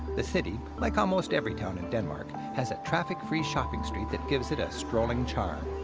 the city, like almost every town in denmark, has a traffic-free shopping street that gives it a strolling charm.